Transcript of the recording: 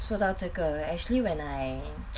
说到这个 actually when I